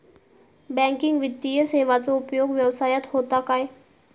Banking वित्तीय सेवाचो उपयोग व्यवसायात होता काय?